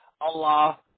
Allah